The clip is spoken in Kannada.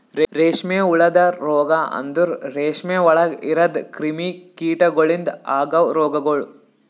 ರೇಷ್ಮೆ ಹುಳದ ರೋಗ ಅಂದುರ್ ರೇಷ್ಮೆ ಒಳಗ್ ಇರದ್ ಕ್ರಿಮಿ ಕೀಟಗೊಳಿಂದ್ ಅಗವ್ ರೋಗಗೊಳ್